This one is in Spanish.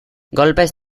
golpes